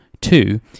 two